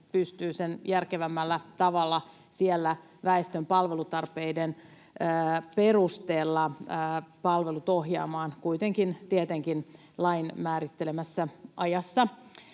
pystyvät järkevämmällä tavalla siellä väestön palvelutarpeiden perusteella palvelut ohjaamaan, kuitenkin tietenkin lain määrittelemässä ajassa.